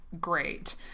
great